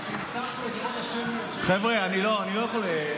חבר'ה, אני לא יכול.